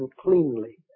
cleanly